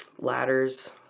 Ladders